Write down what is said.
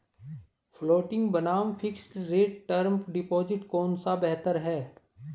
Floating बनाम fixed rate term deposit कौन सा बेहतर है?